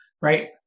right